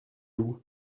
vous